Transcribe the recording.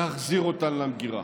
להחזיר אותן למגירה.